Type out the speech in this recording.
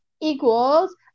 equals